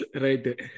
Right